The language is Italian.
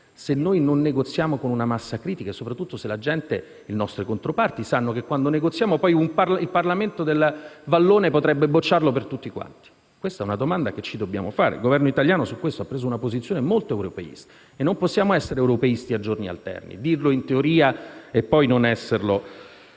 se non negoziamo con una massa critica e soprattutto se le nostre controparti sanno che quando negoziamo poi il Parlamento vallone potrebbe bocciare l'accordo per tutti quanti. Questa è una domanda che dobbiamo farci. Il Governo italiano su questo ha preso una posizione molto europeista e non possiamo essere europeisti a giorni alterni, cioè dirlo in teoria e poi non esserlo